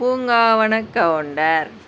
Poongavana counter